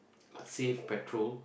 save petrol